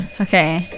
Okay